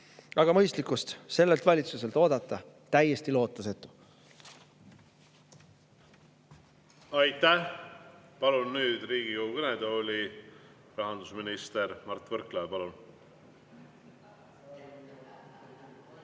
Aga mõistlikkust sellelt valitsuselt oodata – täiesti lootusetu. Aitäh! Palun nüüd Riigikogu kõnetooli rahandusminister Mart Võrklaeva. Palun!